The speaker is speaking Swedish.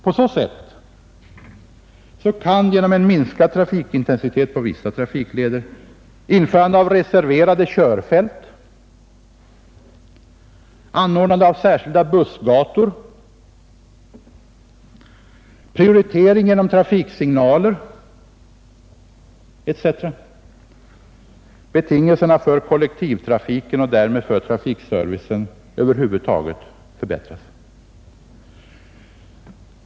På så sätt kan — genom en minskad trafikintensitet på vissa trafikleder, införande av reserverade körfält, anordnande av särskilda bussgator, prioritering genom trafiksignaler etc. — betingelserna för kollektivtrafiken och därmed för trafikservicen över huvud taget förbättras.